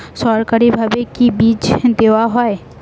সরকারিভাবে কি বীজ দেওয়া হয়?